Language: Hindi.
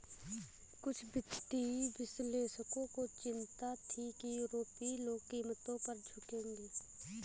कुछ वित्तीय विश्लेषकों को चिंता थी कि यूरोपीय लोग कीमतों पर झुकेंगे